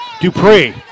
Dupree